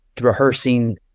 rehearsing